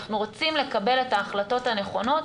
אנחנו רוצים לקבל את ההחלטות הנכונות.